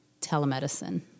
telemedicine